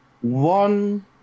one